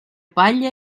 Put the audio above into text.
palla